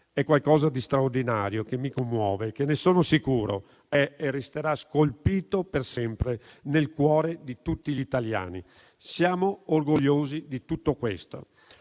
È qualcosa di straordinario, che mi commuove e che - ne sono sicuro - è e resterà scolpito per sempre nel cuore di tutti gli italiani. Siamo orgogliosi di tutto questo.